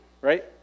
Right